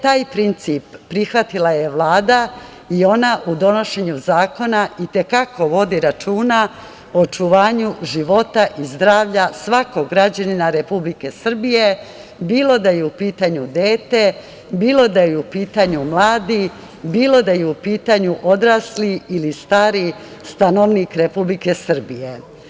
Taj princip prihvatila je Vlada i ona u donošenju zakona, i te kako vode računa o očuvanju života i zdravlja svakog građanina Republike Srbije, bilo da je u pitanju dete, bilo da je u pitanju mladi, bilo da je u pitanju odrasli, ili stari stanovnik Republike Srbije.